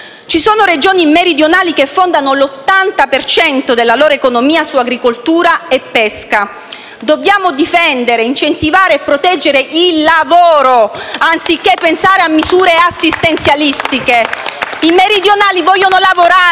Ci sono Regioni meridionali che fondano l'80 per cento della loro economia su agricoltura e pesca. Dobbiamo difendere, incentivare e proteggere il lavoro, anziché pensare a misure assistenzialistiche. *(Applausi dal Gruppo